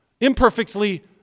imperfectly